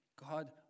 God